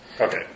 Okay